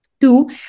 Two